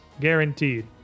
guaranteed